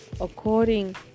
according